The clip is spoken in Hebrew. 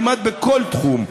כמעט בכל תחום,